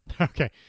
Okay